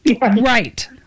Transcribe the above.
Right